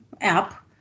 app